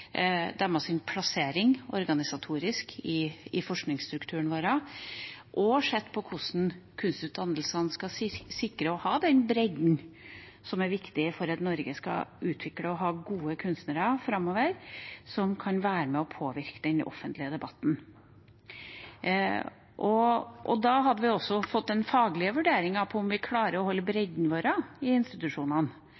og se på hvordan kunstutdanningene skal sikre den bredden som er viktig for at Norge skal kunne utvikle og få gode kunstnere framover som kan være med og påvirke den offentlige debatten. Da hadde vi også fått en faglig vurdering av om vi klarer å holde